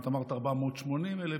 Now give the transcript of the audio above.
את אמרת 480,000,